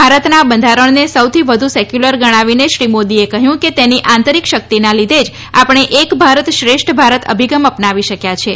ભારતના બંધારણને સૌથી વધુ સેક્યુલર ગણાવીને શ્રી મોદીએ કહ્યું કે તેની આંતરિક શક્તિના લીધે જ આપણે એક ભારત શ્રેષ્ઠ ભારત અભિગમ અપનાવી શક્યા છીએ